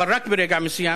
אבל רק ברגע מסוים,